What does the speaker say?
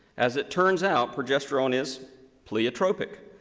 as it turns out, progesterone is pleo tropic,